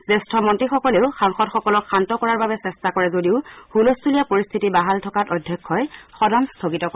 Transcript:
জ্যেষ্ঠ মন্ত্ৰীসকলেও সাংসদসকলক শান্ত কৰাৰ চেষ্টা কৰে যদিও হুলস্থূলীয়া পৰিস্থিতি বাহাল থকাত অধ্যক্ষই সদন স্থগিত কৰে